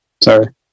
sorry